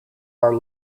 are